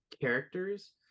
characters